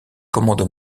commandos